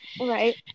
Right